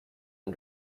and